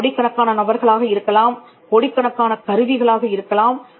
அது கோடிக்கணக்கான நபர்களாக இருக்கலாம் கோடிக்கணக்கான கருவிகளாக இருக்கலாம்